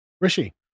Rishi